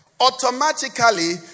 Automatically